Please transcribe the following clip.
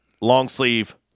long-sleeve